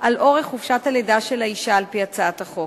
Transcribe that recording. על אורך חופשת הלידה של האשה, על-פי הצעת החוק.